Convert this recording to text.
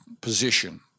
position